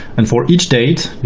and for each date, you